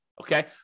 Okay